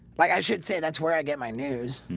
like i should say that's where i get my news